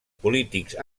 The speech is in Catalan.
polítics